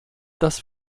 das